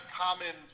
common